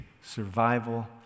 survival